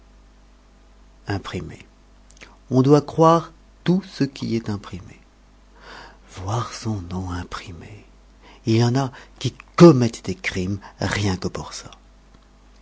imprimé on doit croire tout ce qui est imprimé voir son nom imprimé il y en a qui commettent des crimes rien que pour ça